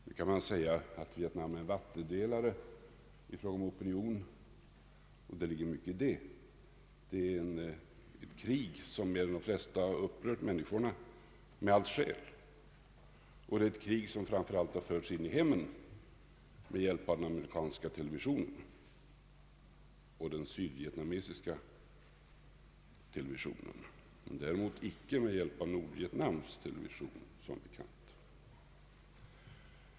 Nu kan man säga att Vietnam är en vattudelare inom opinionen, och det ligger mycket i det. Det rör ett krig som mer än de flesta upprört människorna, och detta med allt skäl, ett krig som framför allt har förts in i hemmen med hjälp av den amerikanska televisionen och den sydvietnamesiska televisionen men däremot som bekant icke med hjälp av Nordvietnams television.